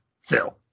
Phil